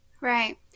Right